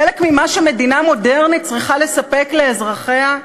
חלק ממה שמדינה מודרנית צריכה לספק לאזרחיה.